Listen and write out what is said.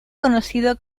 conocido